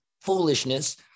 foolishness